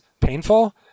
painful